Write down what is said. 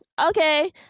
Okay